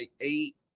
eight